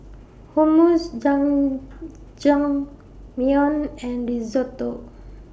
Hummus Jajangmyeon and Risotto